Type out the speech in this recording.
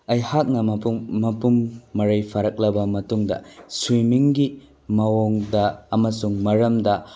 ꯑꯩꯍꯥꯛꯅ ꯃꯄꯨꯡ ꯃꯔꯩ ꯐꯥꯔꯛꯂꯕ ꯃꯇꯨꯡꯗ ꯁ꯭ꯋꯤꯃꯤꯡꯒꯤ ꯃꯑꯣꯡꯗ ꯑꯃꯁꯨꯡ ꯃꯔꯝꯗ